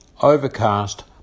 Overcast